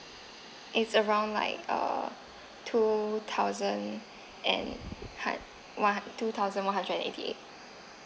it's around like uh two thousand and hund~ one hund~ two thousand one hundred and eighty eight